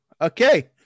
Okay